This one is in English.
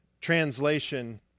translation